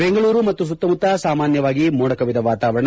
ಬೆಂಗಳೂರು ಮತ್ತು ಸುತ್ತಮುತ್ತ ಸಾಮಾನ್ಯವಾಗಿ ಮೋಡಕವಿದ ವಾತಾವರಣ